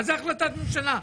מה זה החלטת ממשלה?